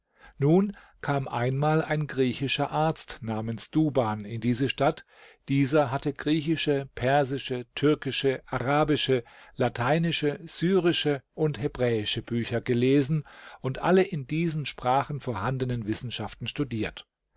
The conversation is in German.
nun kam einmal ein griechischer arzt namens duban in diese stadt dieser hatte griechische persische türkische arabische lateinische syrische und hebräische bücher gelesen und alle in diesen sprachen vorhandenen wissenschaften studiert